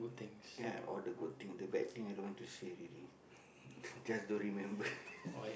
ya all the good thing the bad thing i don't want to say already just don't remember